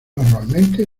normalmente